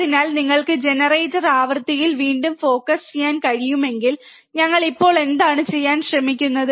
അതിനാൽ നിങ്ങൾക്ക് ജനറേറ്റർ ആവൃത്തിയിൽ വീണ്ടും ഫോക്കസ് ചെയ്യാൻ കഴിയുമെങ്കിൽ ഞങ്ങൾ ഇപ്പോൾ എന്താണ് ചെയ്യാൻ ശ്രമിക്കുന്നത്